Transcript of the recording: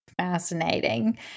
fascinating